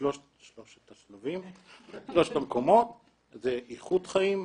שלושת המקומות, זה איכות חיים,